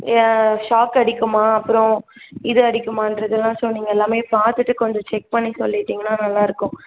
shock அடிக்குமா அப்புறம் இது அடிக்குமாங்றதெல்லாம் ஸோ நீங்கள் எல்லாமே பார்த்துட்டு கொஞ்சம் செக் பண்ணி சொல்லிவிட்டீங்கன்னா நல்லா இருக்கும்